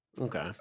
Okay